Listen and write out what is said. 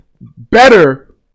better